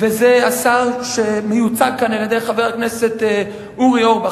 וזה השר שמיוצג כאן על-ידי חבר הכנסת אורי אורבך,